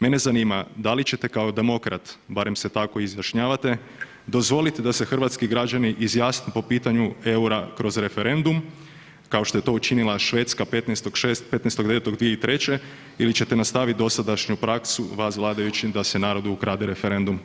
Mene zanima da li ćete kao demokrat, barem se tako izjašnjavate, dozvoliti da se hrvatski građani izjasne po pitanju EUR-a kroz referendum kao što je to učinila Švedska 15.6., 15.9.2003. ili ćete nastaviti dosadašnju praksu vas vladajućih da se narodu ukrade referendum?